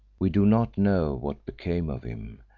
we do not know what became of him,